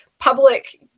public